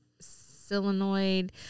solenoid